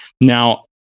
Now